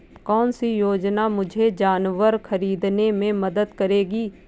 कौन सी योजना मुझे जानवर ख़रीदने में मदद करेगी?